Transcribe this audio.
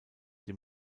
dem